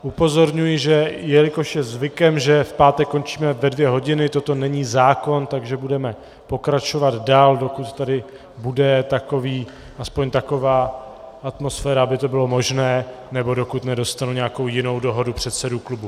Upozorňuji, že jelikož je zvykem, že v pátek končíme ve dvě hodiny, toto není zákon, takže budeme pokračovat dál, dokud tady bude alespoň taková atmosféra, aby to bylo možné, nebo dokud nedostanu nějakou jinou dohodu předsedů klubů.